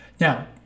Now